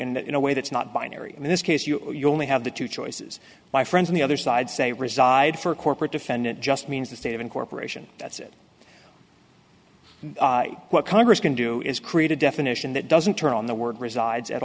that in a way that's not binary in this case you're only have the two choices my friends on the other side say reside for corporate defendant just means the state of incorporation thats it what congress can do is create a definition that doesn't turn on the word resides at